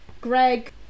Greg